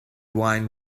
wine